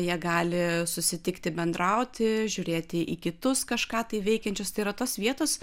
jie gali susitikti bendrauti žiūrėti į kitus kažką tai veikiančius tai yra tos vietos